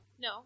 No